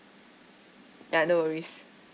ya no worries